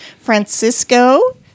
Francisco